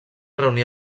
reunir